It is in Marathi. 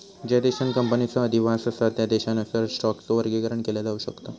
ज्या देशांत कंपनीचो अधिवास असा त्या देशानुसार स्टॉकचो वर्गीकरण केला जाऊ शकता